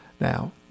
Now